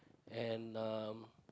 and um